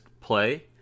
play